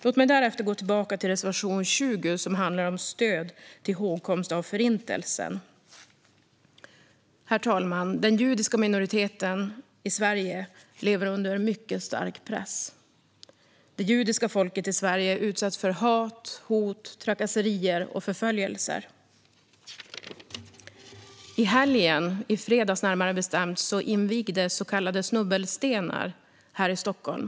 Låt mig därefter gå tillbaka till reservation 20, som handlar om stöd till hågkomst av Förintelsen. Herr talman! Den judiska minoriteten i Sverige lever under en mycket stark press. Det judiska folket i Sverige utsätts för hat, hot, trakasserier och förföljelser. I helgen, närmare bestämt i fredags, invigdes så kallade snubbelstenar här i Stockholm.